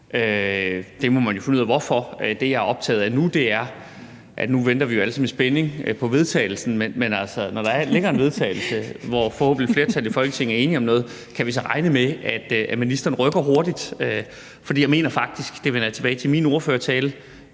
der må man jo finde ud af hvorfor. Nu venter vi jo alle sammen i spænding på vedtagelsen, men det, jeg er optaget af, er, at når der ligger en vedtagelse, hvor forhåbentlig et flertal i Folketinget er enige om noget, kan vi så regne med, at ministeren rykker hurtigt? Jeg mener faktisk – det vender jeg tilbage til i min ordførertale